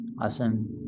Awesome